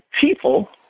people